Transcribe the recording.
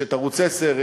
יש ערוץ 10,